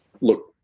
look